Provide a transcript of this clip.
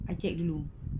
I check dulu